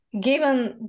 given